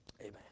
Amen